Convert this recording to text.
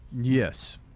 Yes